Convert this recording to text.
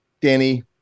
Danny